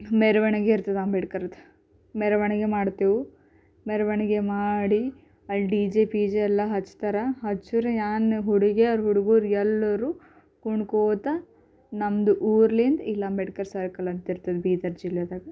ಮೆರವಣಿಗೆ ಇರ್ತದೆ ಅಂಬೇಡ್ಕರ್ದು ಮೆರವಣಿಗೆ ಮಾಡ್ತೇವೆ ಮೆರವಣಿಗೆ ಮಾಡಿ ಅಲ್ಲಿ ಡಿ ಜೆ ಪಿಜೆ ಎಲ್ಲ ಹಚ್ತಾರೆ ಹಚ್ಚಿರು ಏನು ಹುಡಿಗೇರು ಹುಡುಗರು ಎಲ್ಲರೂ ಕುಣ್ಕೋತ ನಮ್ದು ಊರಿಂದ ಇಲ್ಲಿ ಅಂಬೇಡ್ಕರ್ ಸರ್ಕಲ್ ಅಂತ ಇರ್ತದೆ ಬೀದರ್ ಜಿಲ್ಲೆಯಾಗ